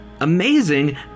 amazing